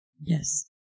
Yes